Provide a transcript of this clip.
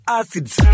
acids